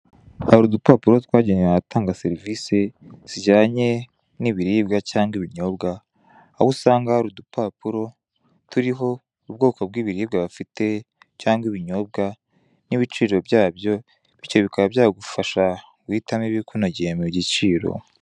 Hari udupapuro twajyanewe abatanga serivise zijyanye n'ibiribwa cyangwa ibinyobwa, aho usanga hari udupapuro turiho ubwoko bw'ibiribwa bafite cyangwa ibinyobwa n'ibiciro byabyo bityo bikaba byagufasha guhitamo ibikunogeye mu biciro.